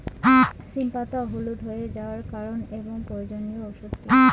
সিম পাতা হলুদ হয়ে যাওয়ার কারণ এবং প্রয়োজনীয় ওষুধ কি?